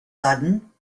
sudden